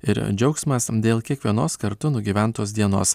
ir džiaugsmas dėl kiekvienos kartu nugyventos dienos